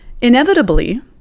Inevitably